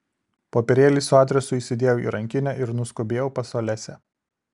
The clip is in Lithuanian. popierėlį su adresu įsidėjau į rankinę ir nuskubėjau pas olesią